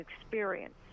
experience